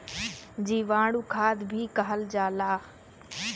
जीवाणु खाद भी कहल जाला